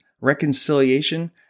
reconciliation